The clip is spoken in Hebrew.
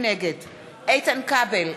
נגד איתן כבל,